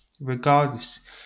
Regardless